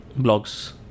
blogs